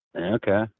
Okay